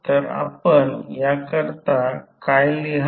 तर आपण याकरिता काय लिहाल